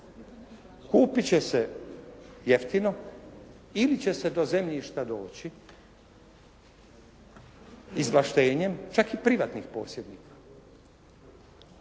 Kupit će se jeftino ili će se do zemljišta doći … /Govornik se ne razumije./ … čak i privatnih posjednika,